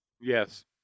Yes